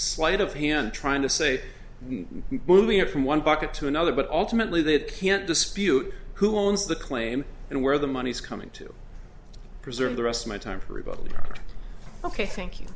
sleight of hand trying to say moving it from one bucket to another but ultimately that can't dispute who owns the claim and where the money is coming to preserve the rest of my time for rebuttal ok thank you